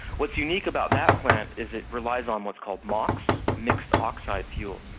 what's unique about that plant is it relies on what's called mox, mixed oxide fuel,